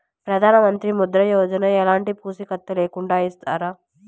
ప్రధానమంత్రి ముద్ర యోజన ఎలాంటి పూసికత్తు లేకుండా ఇస్తారా?